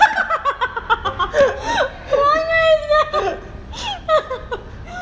nangis lah